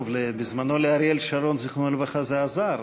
טוב, בזמנו, לאריאל שרון ז"ל, זה עזר.